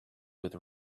with